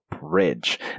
Bridge